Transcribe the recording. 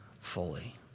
fully